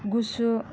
गुसु